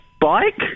bike